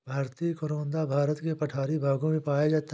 भारतीय करोंदा भारत के पठारी भागों में पाया जाता है